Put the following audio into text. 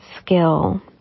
skill